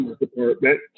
department